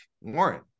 Warren